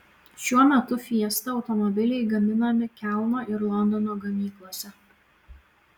šiuo metu fiesta automobiliai gaminami kelno ir londono gamyklose